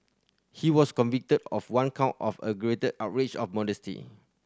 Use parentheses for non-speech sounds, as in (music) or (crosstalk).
he was convicted of one count of (unintelligible) outrage of modesty